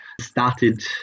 started